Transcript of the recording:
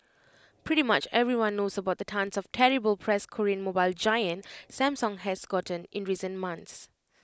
pretty much everyone knows about the tonnes of terrible press Korean mobile giant Samsung has gotten in recent months